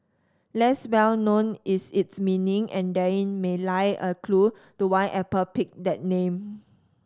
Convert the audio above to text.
less well known is its meaning and therein may lie a clue to why Apple picked that name